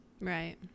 Right